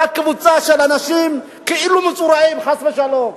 רק קבוצה של אנשים, כאילו מצורעים, חס ושלום.